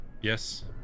Yes